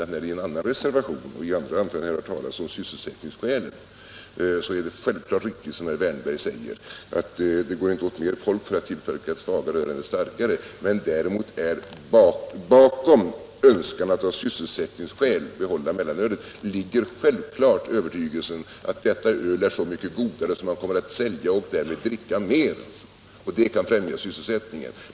Och när det i en annan reservation och i andra anföranden talas om sysselsättningsskäl, så är det självklart riktigt som herr Wärnberg säger att det inte går åt mer folk för att tillverka svagare öl än starkare, men bakom önskan att av sysselsättningsskäl behålla mellanölet ligger självklart övertygelsen att detta öl är så mycket godare att det kommer att säljas och därmed drickas mer — och att det främjar sysselsättningen.